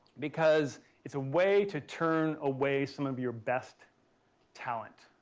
because it's a way to turn away some of your best talent.